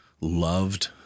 loved